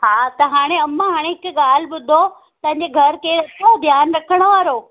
हा त हाणे अमां हाणे हिक ॻाल्हि ॿुधो तव्हांजे घरि केर अथव ध्यानु रखण वारो